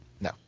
No